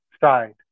side